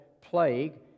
plague